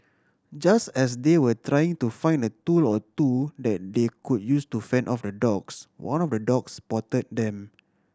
just as they were trying to find a tool or two that they could use to fend off the dogs one of the dogs spot them